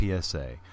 PSA